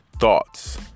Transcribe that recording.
thoughts